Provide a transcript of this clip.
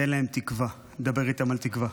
תן להם תקווה, דבר איתם על תקווה.